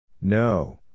No